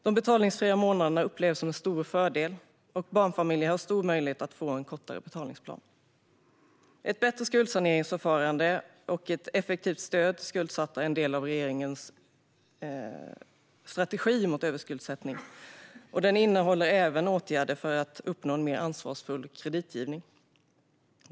De betalningsfria månaderna upplevs som en stor fördel, och barnfamiljer har stor möjlighet att få en kortare betalningsplan. Ett bättre skuldsaneringsförfarande och ett effektivt stöd till skuldsatta är en del av regeringens strategi mot överskuldsättning. Den innehåller även åtgärder för att uppnå en mer ansvarsfull kreditgivning.